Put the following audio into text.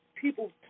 people